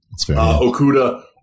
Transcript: Okuda